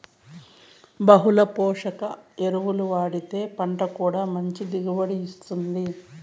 బహుళ పోషక ఎరువులు వాడితే పంట కూడా మంచి దిగుబడిని ఇత్తుంది